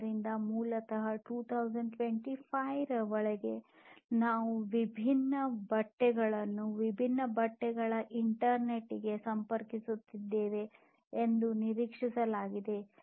ಆದ್ದರಿಂದ ಮೂಲತಃ 2025 ರ ವೇಳೆಗೆ ನಾವು ವಿಭಿನ್ನ ಬಟ್ಟೆಗಳನ್ನು ವಿಭಿನ್ನ ಬಟ್ಟೆಗಳನ್ನು ಇಂಟರ್ನೆಟ್ಗೆ ಸಂಪರ್ಕಿಸುತ್ತೇವೆ ಎಂದು ನಿರೀಕ್ಷಿಸಲಾಗಿದೆ